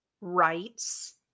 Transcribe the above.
rights